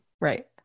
right